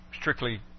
strictly